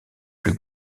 plus